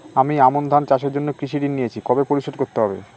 আমি আমন ধান চাষের জন্য কৃষি ঋণ নিয়েছি কবে পরিশোধ করতে হবে?